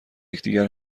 یکدیگر